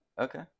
Okay